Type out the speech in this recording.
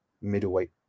middleweight